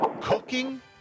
Cooking